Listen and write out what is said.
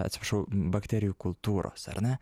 atsiprašau bakterijų kultūros ar ne